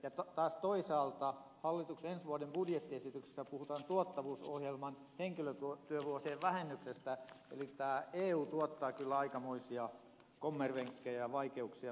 toisaalta taas hallituksen ensi vuoden budjettiesityksessä puhutaan tuottavuusohjelman henkilötyövuosien vähennyksestä eli eu tuottaa kyllä aikamoisia kommervenkkejävaikeuksia